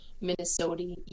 Minnesota